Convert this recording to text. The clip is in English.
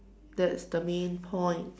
that's the main point